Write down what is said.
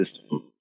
system